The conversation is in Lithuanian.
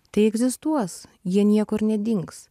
tai egzistuos jie niekur nedings